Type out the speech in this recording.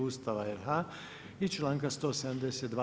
Ustava RH i članka 172.